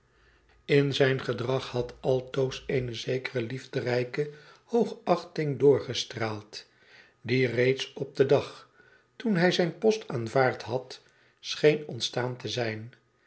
in zijn gedrag had altoos eene zekere liefderijke hoogachting doorgestraald die reeds op den dag toen hij zijn post aanvaard had scheen ontstaan te zijn